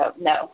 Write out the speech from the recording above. no